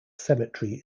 cemetery